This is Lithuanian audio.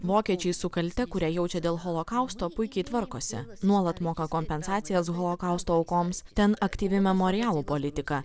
vokiečiai su kalte kurią jaučia dėl holokausto puikiai tvarkosi nuolat moka kompensacijas holokausto aukoms ten aktyvi memorialų politika